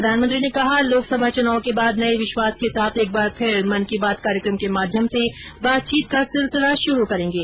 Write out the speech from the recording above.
प्रधानमंत्री ने कहा लोकसभा चुनाव के बाद नये विश्वास के साथ एक बार फिर मन की बात कार्यक्रम के माध्यम से बातचीत का सिलसिला शुरू करेगें